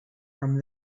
from